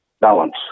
balance